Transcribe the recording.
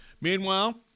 Meanwhile